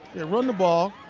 run the ball,